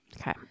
Okay